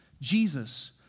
Jesus